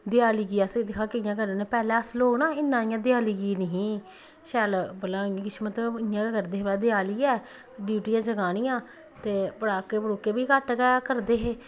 देआली गी अस दिक्खो हां कि'यां करने होन्ने पैह्ले अस लोक ना इन्ना इ'यां देआली गी निं ही शैल मतलब इ'यां मतलब इ'यां ही करदे हे भला देआली ऐ ड्यूटियां जगानियां ते पटाके बी घट्ट गै करदे हे